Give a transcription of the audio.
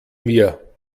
mir